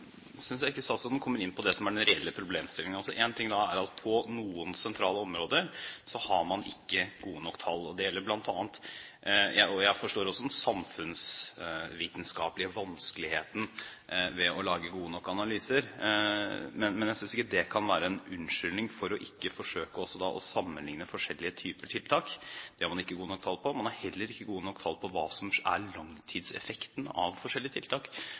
jeg ikke statsråden kommer inn på den reelle problemstillingen. Én ting er at på noen sentrale områder har man ikke gode nok tall. Jeg forstår også den samfunnsvitenskapelige vanskeligheten ved å lage gode nok analyser, men jeg synes ikke det kan være en unnskyldning for ikke å forsøke å sammenligne forskjellige typer tiltak. Det har man ikke gode nok tall på. Man har heller ikke gode nok tall på hva som er langtidseffekten av forskjellige tiltak.